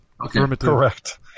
Correct